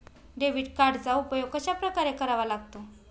Debit कार्डचा उपयोग कशाप्रकारे करावा लागतो?